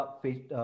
face